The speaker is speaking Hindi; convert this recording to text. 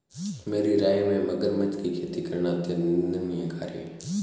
मेरी राय में मगरमच्छ की खेती करना अत्यंत निंदनीय कार्य है